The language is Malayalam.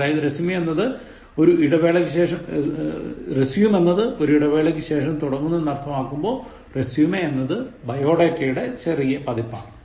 അതായത് resume എന്നത് ഒരു ഇടവേളക്കു ശേഷം തുടങ്ങുന്നു എന്ൻ അർത്ഥമാക്കുമ്പോൾ résumé എന്നത് ബയോഡെറ്റയുടെ ചെറിയ പതിപ്പാണ്